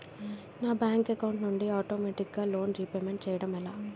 నా bank account నుండి ఆటోమేటిగ్గా లోన్ రీపేమెంట్ చేయడం ఎలా?